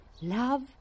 Love